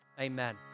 Amen